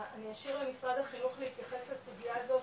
אני אשאיר למשרד החינוך להתייחס לסוגיה הזאת,